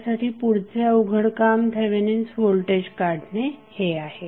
आपल्यासाठी पुढचे अवघड काम थेवेनिन्स व्होल्टेज काढणे हे आहे